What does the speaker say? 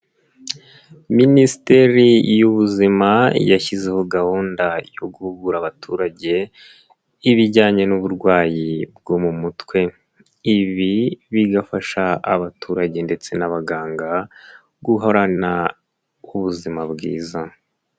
Minisiteri y'ubuzima yashyizeho gahunda yo guhugura abaturage ibijyanye n'uburwayi bwo mu mutwe, ibi bigafasha abaturage ndetse n'abaganga guhorana ubuzima bwiza.